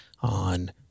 on